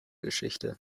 geschichte